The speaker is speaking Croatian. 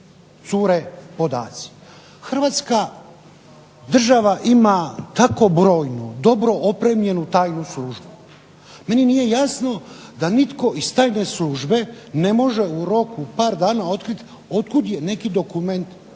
Hrvatska država ima tako brojnu, opremljenu tajnu službu, meni nije jasno da nitko iz tajne službe ne može u roku par dana otkriti otkud je neki dokument procurio.